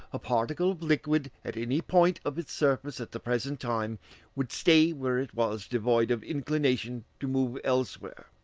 a particle of liquid at any point of its surface at the present time would stay where it was devoid of inclination to move elsewhere.